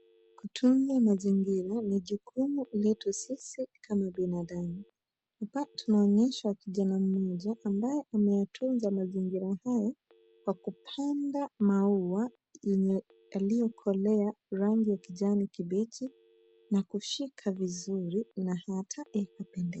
Kutunza mazingira ni jukumu letu sisi kama binadamu. Hapa tunaonyeshwa kijana mmoja ambaye ametunza mazingira hayo kwa kupanda maua yenye yaliyokolea rangi ya kijani kibichi na kushika vizuri na hata ya kupendeza.